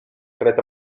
tritt